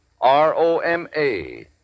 R-O-M-A